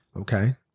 okay